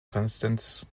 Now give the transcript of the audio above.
constants